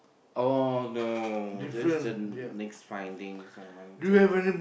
oh no this the next findings oh one two three